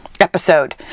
episode